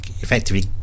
effectively